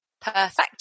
Perfect